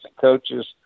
coaches